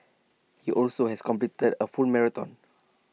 he also has completed A full marathon